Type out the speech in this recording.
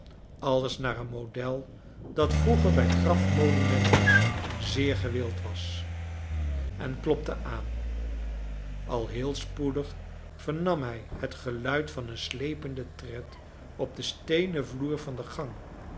alles naar een model dat vroeger bij grafmonumen ten zeer gewild was en klopte aan al heel spoedig vernam hij het ge j laid van een slependen tred op den steenen vloer van de gang